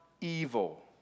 evil